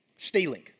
Stealing